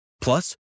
Plus